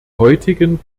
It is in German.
heutigen